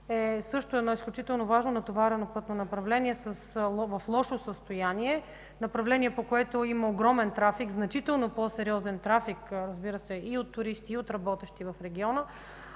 също е едно изключително важно натоварено пътно направление в лошо състояние, направление, по което има огромен трафик, значително по-сериозен трафик и от туристи, и от работещи в региона.